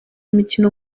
imikino